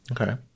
Okay